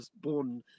born